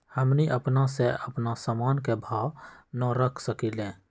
हमनी अपना से अपना सामन के भाव न रख सकींले?